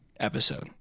episode